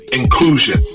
inclusion